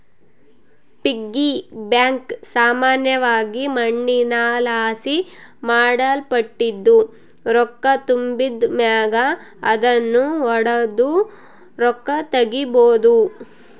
piggy bank ಸಾಮಾನ್ಯವಾಗಿ ಮಣ್ಣಿನಲಾಸಿ ಮಾಡಲ್ಪಟ್ಟಿದ್ದು, ರೊಕ್ಕ ತುಂಬಿದ್ ಮ್ಯಾಗ ಅದುನ್ನು ಒಡುದು ರೊಕ್ಕ ತಗೀಬೋದು